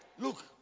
Look